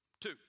Two